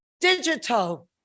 digital